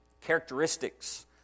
Characteristics